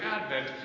advent